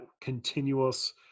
continuous